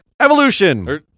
Evolution